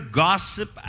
gossip